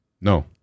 No